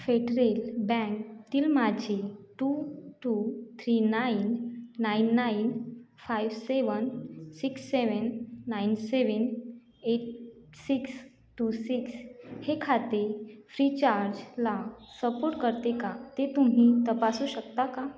federal बँकेतील माझे two two three nine nine nine five seven six seven nine seven eight six two six हे खाते फ्रीचार्जला support करते का ते तुम्ही तपासू शकता का